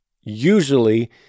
usually